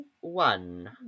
one